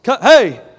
Hey